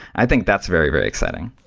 i think that's very, very exciting.